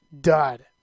dud